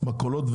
כל מיני מכולות,